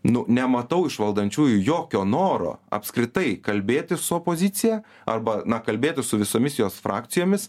nu nematau iš valdančiųjų jokio noro apskritai kalbėti su opozicija arba na kalbėti su visomis jos frakcijomis